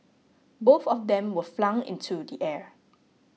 both of them were flung into the air